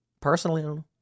personally